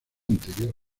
anterior